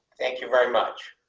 thank you very much.